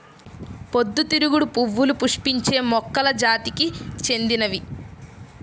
పొద్దుతిరుగుడు పువ్వులు పుష్పించే మొక్కల జాతికి చెందినవి